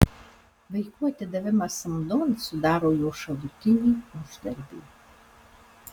vaikų atidavimas samdon sudaro jo šalutinį uždarbį